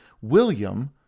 William